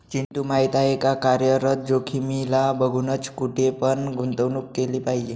चिंटू माहिती आहे का? कार्यरत जोखीमीला बघूनच, कुठे पण गुंतवणूक केली पाहिजे